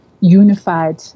unified